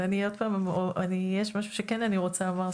יש משהו שאני כן רוצה לומר,